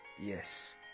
Yes